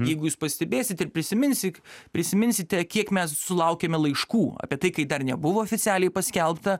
jeigu jūs pastebėsit ir prisiminsik prisiminsite kiek mes sulaukėme laiškų apie tai kai dar nebuvo oficialiai paskelbta